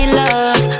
love